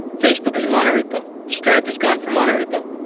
facebook is mono repo. stripe has gone for mono repo.